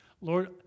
Lord